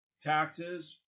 taxes